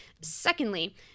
secondly